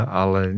ale